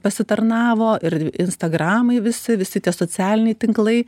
pasitarnavo ir instagramai visi visi tie socialiniai tinklai